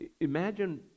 imagine